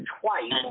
twice